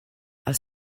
els